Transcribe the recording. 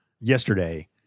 yesterday